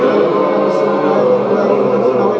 or